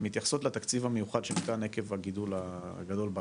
מתייחסות לתקציב המיוחד שניתן עקב הגידול הגדול בעלייה.